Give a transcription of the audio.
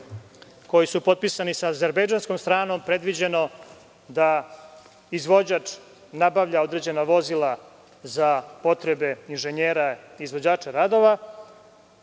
koji su potpisani sa azerbejdžanskom stranom predviđeno da izvođač nabavlja određena vozila za potrebe inženjera, izvođača radova,